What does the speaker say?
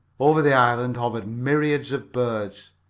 over the island hovered myriads of birds.